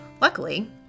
Luckily